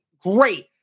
great